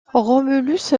romulus